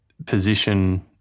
Position